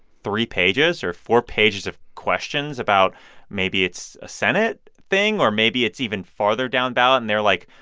three pages or four pages of questions about maybe it's a senate thing, or maybe it's even farther down ballot. and they're like,